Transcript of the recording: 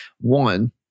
One